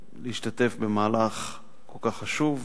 להשתתף במהלך כל כך חשוב,